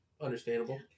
understandable